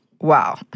Wow